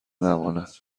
نماند